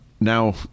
Now